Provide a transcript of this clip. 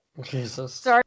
Jesus